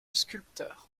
sculpteur